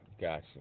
Gotcha